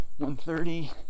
130